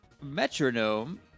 metronome